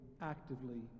actively